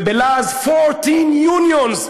זה בלעז fourteen unions,